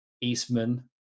Eastman